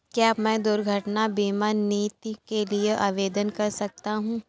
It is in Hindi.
क्या मैं दुर्घटना बीमा नीति के लिए आवेदन कर सकता हूँ?